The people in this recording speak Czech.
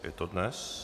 Je to dnes?